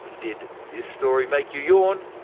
did this story make you yawn,